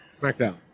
SmackDown